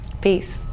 Peace